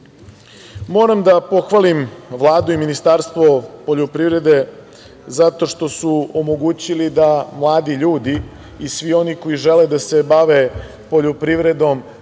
da pohvalim Vladu i Ministarstvo poljoprivrede zato što su omogućili da mladi ljudi i svi oni koji žele da se bave poljoprivredom